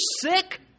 sick